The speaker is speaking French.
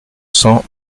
cents